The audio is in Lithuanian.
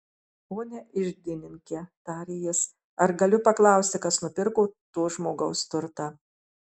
pone iždininke tarė jis ar galiu paklausti kas nupirko to žmogaus turtą